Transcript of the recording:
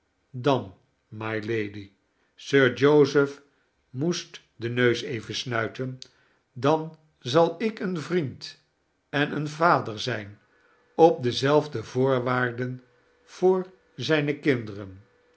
dan mylady sir joseph moest den neus even snuiten dan zal ik een vriend en een vader zijn op dezelfde voorwaarden voor zijne kinderen